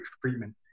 treatment